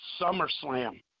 SummerSlam